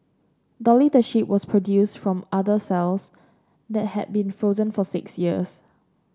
Dolly the sheep was produced from udder cells that had been frozen for six years